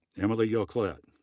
emily yoquelet,